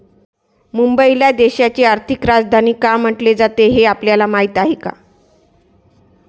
मुंबईला देशाची आर्थिक राजधानी का म्हटले जाते, हे आपल्याला माहीत आहे का?